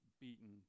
beaten